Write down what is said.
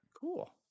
cool